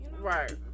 Right